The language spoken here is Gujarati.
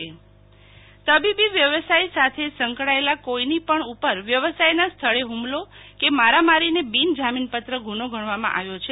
શીતલ વૈશ્નવ રાષ્ટ્રપતિ વટહુકમ તબીબી વ્યવસ્થા સાથે સંકળાયેલા કોઈની પણ ઉપર વ્યવસાયના સ્થળે હુમલો કે મારામારીને બિન જામીનપત્ર ગુનો ગણવામાં આવ્યો છે